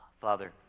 Father